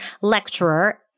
lecturer